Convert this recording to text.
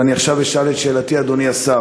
ועכשיו אני אשאל את שאלתי, אדוני השר.